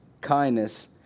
kindness